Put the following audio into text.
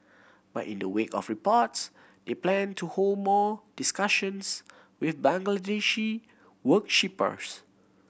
but in the wake of the reports they plan to hold more discussions with Bangladeshi worshippers